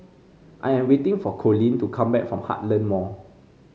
I am waiting for Coleen to come back from Heartland Mall